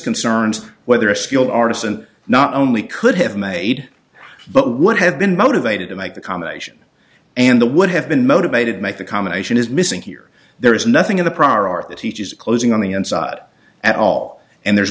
concerns whether a skilled artisan not only could have made but would have been motivated to make the combination and the would have been motivated make the combination is missing here there is nothing in the prior art that teaches closing on the inside at all and there's